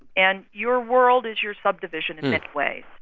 and your world is your subdivision in many ways.